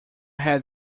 had